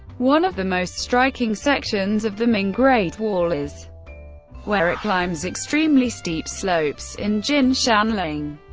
one of the most striking sections of the ming great wall is where it climbs extremely steep slopes in jinshanling.